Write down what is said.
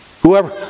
Whoever